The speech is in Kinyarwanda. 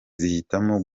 zihitamo